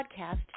podcast